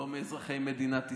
לא מאזרחי מדינת ישראל.